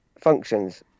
functions